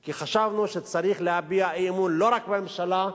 כי חשבנו שצריך להביע אי-אמון לא רק בממשלה,